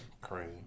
Crazy